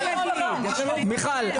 מיכל,